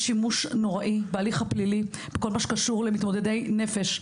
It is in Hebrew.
שימוש נוראי בהליך הפלילי בכל מה שקשור למתמודדי נפש.